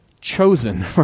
chosen